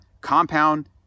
compound